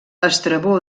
estrabó